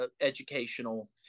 educational